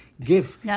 give